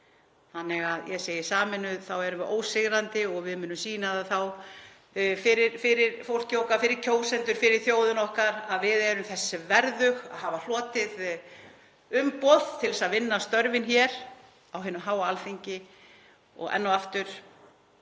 Þannig að ég segi: Sameinuð erum við ósigrandi og við munum sýna það þá fyrir fólkið okkar, fyrir kjósendur, fyrir þjóðina okkar að við erum þess verðug að hafa hlotið umboð til að vinna störfin hér á hinu háa Alþingi. Og enn og aftur,